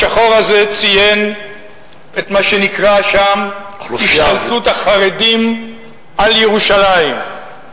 השחור הזה ציין את מה שנקרא שם "השתלטות החרדים על ירושלים".